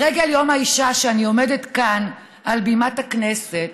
לרגל יום האישה, כשאני עומדת כאן על בימת הכנסת,